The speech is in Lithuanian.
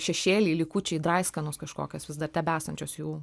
šešėliai likučiai draiskanos kažkokios vis dar tebesančios jų